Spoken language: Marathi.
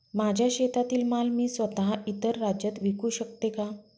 माझ्या शेतातील माल मी स्वत: इतर राज्यात विकू शकते का?